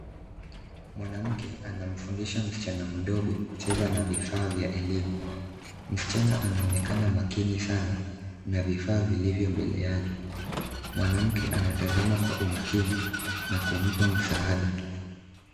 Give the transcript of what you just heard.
Mwanamke anamfundisha mtoto mdogo kucheza na bidhaa vya elimu. Msichana anaonekana makini sana na vifaa vilivyo mbele yake. Mwanamke anatazama kwa umakini na kumpa msaada.